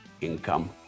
income